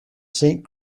saint